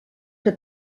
que